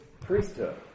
priesthood